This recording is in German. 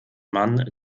mann